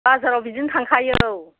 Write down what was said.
बाजाराव बिदिनो थांखायो औ